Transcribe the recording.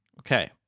okay